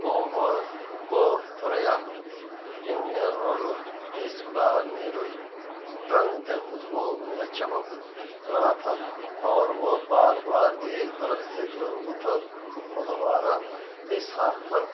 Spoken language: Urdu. کوپ کوتریاں انرول اس کا نیل رنگ دھوپ میں چمک رہا تھا اور وہ بار بار ایک درخت سے دوبارہ اس شاخ پر